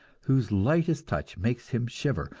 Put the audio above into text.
whose lightest touch makes him shiver,